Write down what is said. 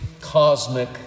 cosmic